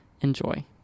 Enjoy